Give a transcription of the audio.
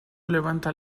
levanta